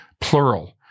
plural